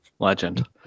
Legend